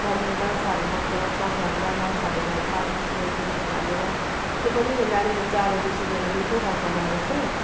नानीले माछाहरू मनपराउँछ घरमा माछाहरू ल्याएर पालिदिन्छौँ एकुरियममा हालेर त्यो पनि नानीले चारो बेसी दिएर दुईवटै माछा मारेछ